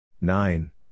nine